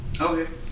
Okay